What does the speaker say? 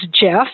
Jeff